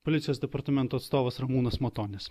policijos departamento atstovas ramūnas matonis